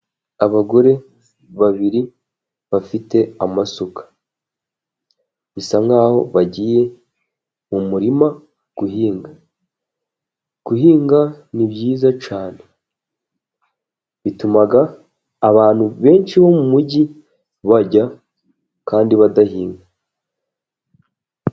Abagore babiri bafite amasuka, bisa nkaho bagiye mu murima guhinga, guhinga ni byiza cyane bituma abantu benshi bo mu mujyi barya kandi badahinga.